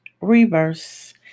reverse